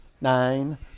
nine